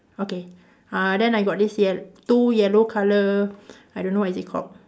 okay uh then I got this yel~ two yellow colour I don't know what is it called